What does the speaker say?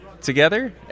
together